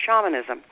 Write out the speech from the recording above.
shamanism